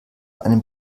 einen